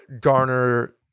garner